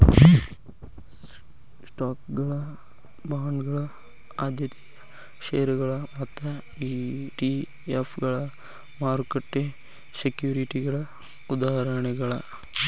ಸ್ಟಾಕ್ಗಳ ಬಾಂಡ್ಗಳ ಆದ್ಯತೆಯ ಷೇರುಗಳ ಮತ್ತ ಇ.ಟಿ.ಎಫ್ಗಳ ಮಾರುಕಟ್ಟೆ ಸೆಕ್ಯುರಿಟಿಗಳ ಉದಾಹರಣೆಗಳ